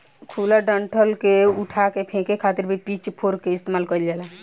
खुला डंठल के उठा के फेके खातिर भी पिच फोर्क के इस्तेमाल कईल जाला